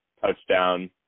touchdown